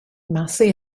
massey